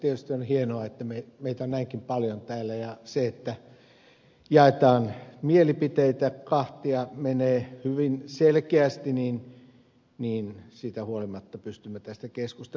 tietysti on hienoa se että meitä on näinkin paljon täällä ja siitä huolimatta että jaetaan mielipiteitä kahtia menee hyvin selkeästi pystymme tästä keskustelemaan